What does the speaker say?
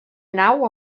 nau